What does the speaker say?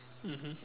mmhmm